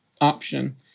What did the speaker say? option